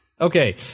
Okay